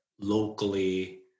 locally